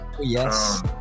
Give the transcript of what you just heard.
Yes